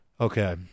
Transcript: okay